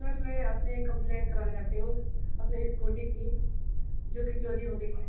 sir मैं अपनी एक कंप्लेन कराना चाहती हूँ अपनी स्कूटी की जो कि चोरी हो गई है